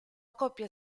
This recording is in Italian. coppia